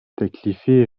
teklifi